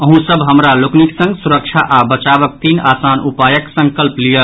अहूँ सभ हमरा लोकनिक संग सुरक्षा आ बचावक तीन आसान उपायक संकल्प लियऽ